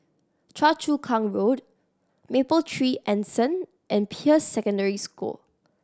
Choa Chu Kang Road Mapletree Anson and Peirce Secondary School